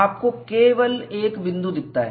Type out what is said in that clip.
आपको केवल एक बिंदु दिखता है